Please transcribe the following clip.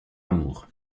amour